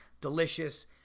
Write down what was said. delicious